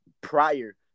prior